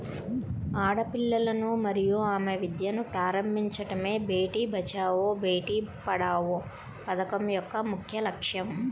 ఆడపిల్లలను మరియు ఆమె విద్యను ప్రారంభించడమే బేటీ బచావో బేటి పడావో పథకం యొక్క లక్ష్యం